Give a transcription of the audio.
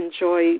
enjoy